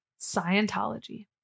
Scientology